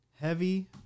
Heavy